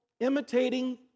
imitating